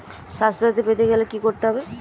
স্বাস্থসাথী পেতে গেলে কি করতে হবে?